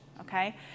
okay